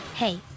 Hey